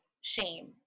shame